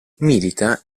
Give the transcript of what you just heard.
milita